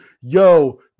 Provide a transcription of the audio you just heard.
yo